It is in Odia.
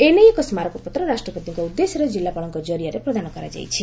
ଏ ନେଇ ଏକ ସ୍କାରକପତ୍ର ରାଷ୍ଟ୍ରପତିଙ୍କ ଉଦ୍ଦେଶ୍ୟରେ କିଲ୍ଲାପାଳଙ୍କ ଜରିଆରେ ପ୍ରଦାନ କରାଯାଇଛି